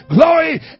Glory